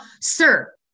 sir